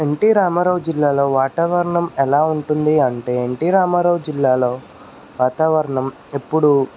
NT Ramarao జిల్లాలో వాటావరణం ఎలా ఉంటుంది అంటే ఎన్టి రామారావు జిల్లాలో వాతావరణం ఎప్పుడూ